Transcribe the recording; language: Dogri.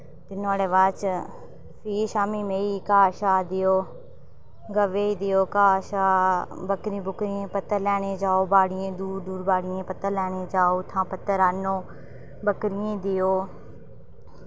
ते नुआढ़े बाद'च फ्ही शाम्मी मेहीं गी घा शा देओ गवै गी दियो घा शा बकरी बुकरियें पत्तर लैने जाओ बाड़ियें दूर दूर बाड़ियें पत्तर लैने जाओ उत्थां पत्तर आह्नो बकरीयें गी देओ